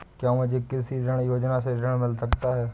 क्या मुझे कृषि ऋण योजना से ऋण मिल सकता है?